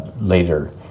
later